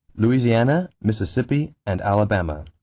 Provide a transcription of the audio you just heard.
louisiana, mississippi, and alabama.